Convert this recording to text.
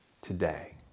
today